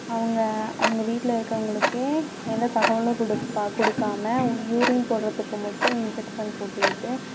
அவங்க அவங்க வீட்டில் இருக்கிறவங்களுக்கே எந்த தகவலும் கொடுக்க கொடுக்காம யூரின் போறதுக்கு மட்டும் இன்ஜெக்ஷன் போட்டு விட்டு